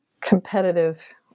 competitive